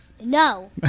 No